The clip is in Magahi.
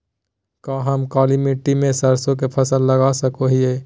का हम काली मिट्टी में सरसों के फसल लगा सको हीयय?